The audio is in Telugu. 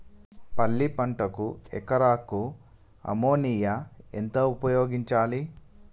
పల్లి పంటకు ఎకరాకు అమోనియా ఎంత ఉపయోగించాలి?